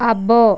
అబ్బో